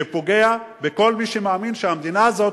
שפוגע בכל מי שמאמין שהמדינה הזאת,